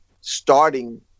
starting